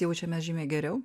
jaučiamės žymiai geriau